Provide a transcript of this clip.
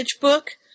book